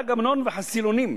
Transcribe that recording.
דג אמנון וחסילונים,